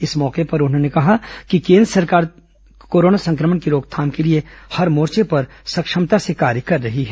इस गौके पर उन्होंने कहा कि केन्द्र सरकार कोरोना संक्रमण की रोकथाम के लिए हर मोर्चे पर सक्षमता से कार्य कर रही है